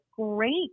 great